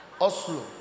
Oslo